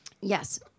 Yes